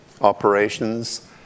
operations